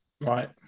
Right